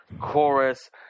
chorus